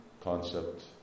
concept